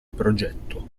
progetto